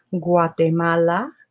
Guatemala